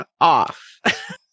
off